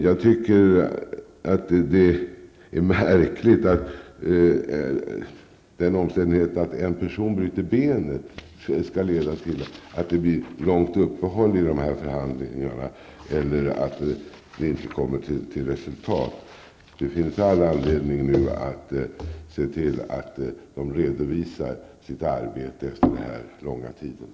Jag tycker det är märkligt att omständigheten att en person bryter benet skall leda till att det blir långa uppehåll i dessa förhandlingar eller att de inte kommer till resultat. Det finns nu all anledning att se till att man efter så lång tid redovisar sitt arbete.